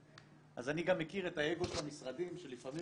אז אני גם מכיר את האגו של המשרדים שלפעמים